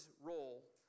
role